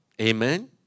Amen